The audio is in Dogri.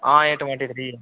हां एह् टवंटी थ्री ऐ